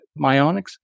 myonics